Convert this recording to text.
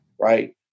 right